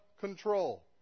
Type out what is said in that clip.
control